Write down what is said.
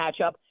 matchup